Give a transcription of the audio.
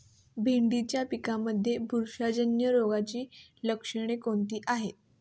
भेंडीच्या पिकांमध्ये बुरशीजन्य रोगाची लक्षणे कोणती आहेत?